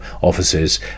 offices